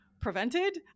prevented